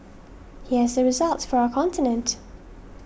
here's the results for our continent